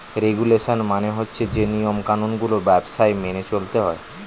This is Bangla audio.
রেগুলেশন মানে হচ্ছে যে নিয়ম কানুন গুলো ব্যবসায় মেনে চলতে হয়